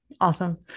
Awesome